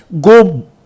go